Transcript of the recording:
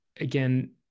again